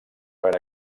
per